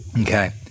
Okay